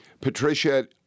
Patricia